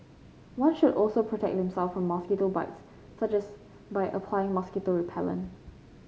one should also protect them self from mosquito bites such as by applying mosquito repellent